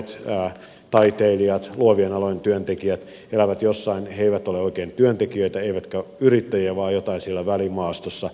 monet taiteilijat luovien alojen työntekijät elävät jossain he eivät ole oikein työntekijöitä eivätkä yrittäjiä vaan jotain siellä välimaastossa